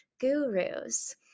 gurus